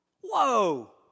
Whoa